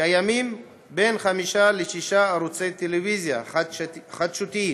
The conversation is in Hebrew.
יש בין חמישה לשישה ערוצי טלוויזיה חדשותיים,